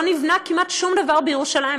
לא נבנה כמעט שום דבר בירושלים.